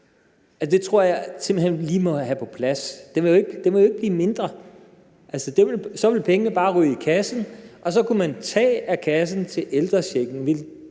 Det tror jeg simpelt hen at vi lige må have på plads. Den ville jo ikke blive mindre. Pengene ville bare ryge i kassen, og så kunne man tage af kassen til ældrechecken.